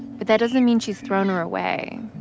but that doesn't mean she's thrown her away.